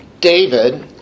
David